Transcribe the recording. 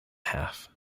half